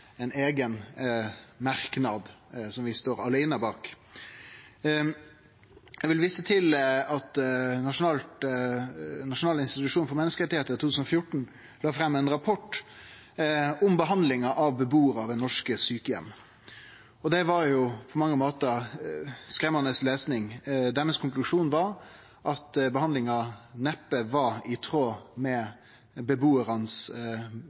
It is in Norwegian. ein eigen merknad som vi står aleine bak. Eg vil vise til at Noregs nasjonale institusjon for menneskerettar i 2014 la fram ein rapport om behandlinga av bebuarar i norske sjukeheimar. Det var på mange måtar skremmande lesing. Konklusjonen deira var at behandlinga neppe var i tråd med dei grunnleggjande menneskerettane til bebuarane.